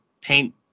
paint